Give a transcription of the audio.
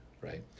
right